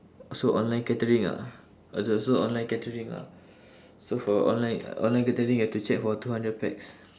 so online catering ah so so online catering lah so for online online catering you have to check for two hundred pax